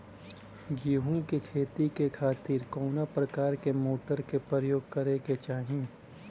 गेहूँ के खेती के खातिर कवना प्रकार के मोटर के प्रयोग करे के चाही?